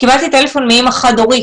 קיבלתי טלפון מאימא חד הורית